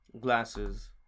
Glasses